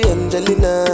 Angelina